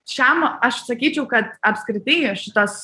šiam aš sakyčiau kad apskritai šitas